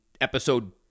episode